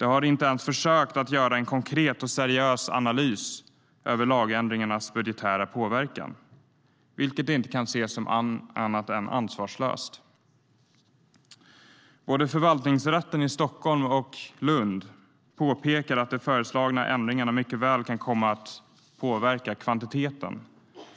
Man har inte ens försökt göra en konkret och seriös analys av lagändringarnas budgetära påverkan, vilket inte kan ses som annat än ansvarslöst. Förvaltningsrätten i både Stockholm och Luleå påpekar att de föreslagna ändringarna mycket väl kan komma att påverka